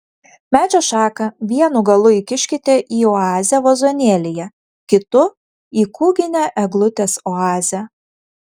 medžio šaką vienu galu įkiškite į oazę vazonėlyje kitu į kūginę eglutės oazę